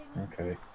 Okay